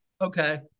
okay